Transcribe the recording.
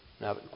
Now